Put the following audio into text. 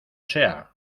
sea